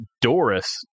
Doris